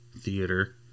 theater